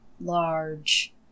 large